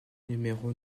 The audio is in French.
numéro